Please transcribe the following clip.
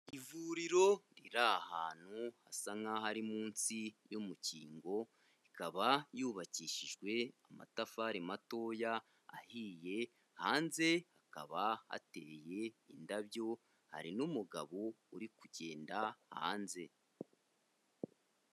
Ivuriro riri ahantu hasa nk'aho ari munsi y'umukingo, ikaba yubakishijwe amatafari matoya ahiye, hanze hakaba hateye indabyo hari n'umugabo uri kugenda hanze.